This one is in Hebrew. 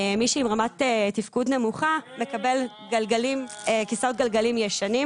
מי שעם רמת תפקוד נמוכה מקבל כיסאות גלגלים ישנים,